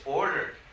ordered